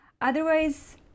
otherwise